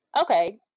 Okay